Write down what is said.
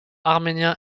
arménien